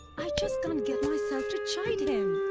i just can't get myself to chide him!